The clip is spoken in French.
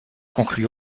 conclut